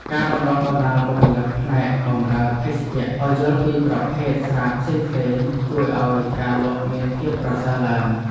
ការបណ្តុះបណ្តាលបុគ្គលិកផ្នែកបម្រើភេសជ្ជៈឱ្យយល់ពីប្រភេទស្រាផ្សេងៗជួយឱ្យការលក់មានភាពប្រសើរឡើង។